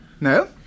No